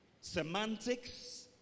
semantics